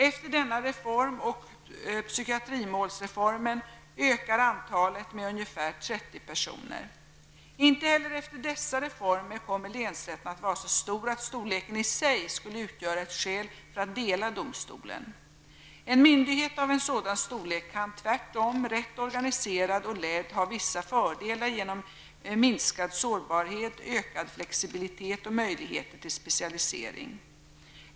Efter denna reform och psykiatrimålsreformen ökar antalet med ungefär 30 personer. Inte heller efter dessa reformer kommer länsrätten att vara så stor att storleken i sig skulle utgöra ett skäl för att dela domstolen. En myndighet av en sådan storlek kan tvärtom, rätt organiserad och ledd, ha vissa fördelar genom minskad sårbarhet, ökad flexibilitet och möjligheterna till specialisering.